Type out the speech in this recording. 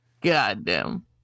Goddamn